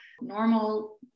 normal